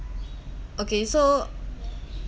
okay so